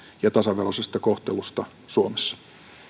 ja tasaveroisesta kohtelusta suomessa